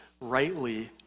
rightly